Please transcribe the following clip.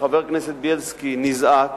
חבר הכנסת בילסקי נזעק